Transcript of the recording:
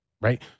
right